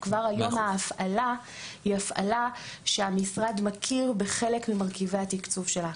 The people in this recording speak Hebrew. כי כבר היום ההפעלה היא הפעלה שהמשרד מכיר בחלק ממרכיבי התקצוב שלה.